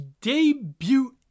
debut